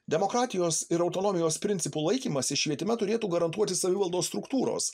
demokratijos ir autonomijos principų laikymąsi švietime turėtų garantuoti savivaldos struktūros